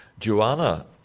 Joanna